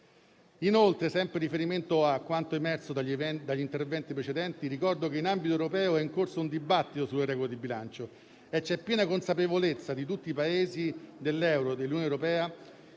Inoltre, sempre con riferimento a quanto emerso dagli interventi precedenti, ricordo che in ambito europeo è in corso un dibattito sulle regole di bilancio e che c'è piena consapevolezza di tutti i Paesi dell'euro e dell'Unione europea